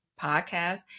podcast